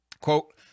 Quote